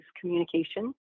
communication